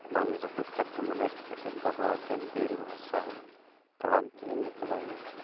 ᱵᱟᱝ ᱨᱟᱹᱯᱩᱫ ᱠᱟᱛᱮᱫ ᱢᱚᱱᱮᱨᱮ ᱠᱮᱴᱮᱡ ᱫᱚᱦᱚ ᱠᱟᱛᱮᱫ ᱫᱤᱞ ᱵᱷᱚᱨᱥᱟ ᱛᱟᱲᱟᱢ ᱠᱮᱫᱟᱹᱧ ᱮᱠᱞᱟᱜᱮ